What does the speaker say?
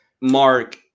Mark